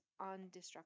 undestructible